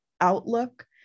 outlook